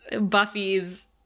Buffy's